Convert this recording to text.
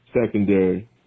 secondary